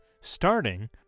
starting